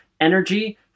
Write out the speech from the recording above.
energy